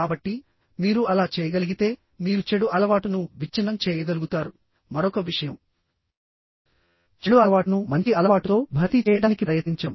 కాబట్టి మీరు అలా చేయగలిగితే మీరు చెడు అలవాటును విచ్ఛిన్నం చేయగలుగుతారు మరొక విషయం చెడు అలవాటును మంచి అలవాటుతో భర్తీ చేయడానికి ప్రయత్నించడం